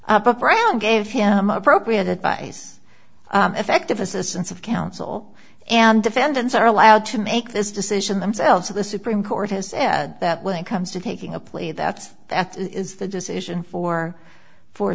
brown gave him appropriate advice effective assistance of counsel and defendants are allowed to make this decision themselves or the supreme court has said that when it comes to taking a plea that that is the decision for for